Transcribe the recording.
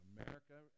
America